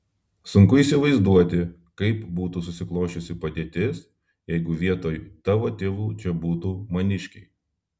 sunku įsivaizduoti kaip būtų susiklosčiusi padėtis jeigu vietoj tavo tėvų čia būtų maniškiai